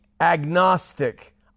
agnostic